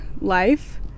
life